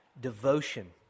devotion